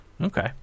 Okay